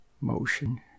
Motion